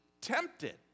tempted